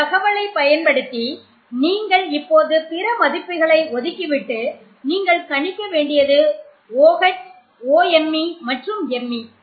இந்த தகவலை பயன்படுத்தி நீங்கள் இப்போது பிற மதிப்புகளை ஒதுக்கிவிட்டு நீங்கள் கணிக்க வேண்டியது OH OMe மற்றும் Me